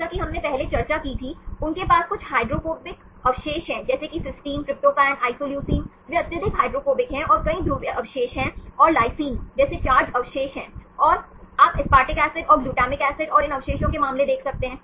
जैसा कि हमने पहले चर्चा की थी उनके पास कुछ हाइड्रोफोबिक अवशेष हैं जैसे कि सिस्टीन ट्रिप्टोफैन आइसोलेसीन वे अत्यधिक हाइड्रोफोबिक है और कई ध्रुवीय अवशेष हैं और लाइसीन जैसे चार्ज अवशेष हैं और आप एस्पार्टिक एसिड और ग्लूटामिक एसिड और इन अवशेषों के मामले देख सकते हैं